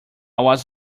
was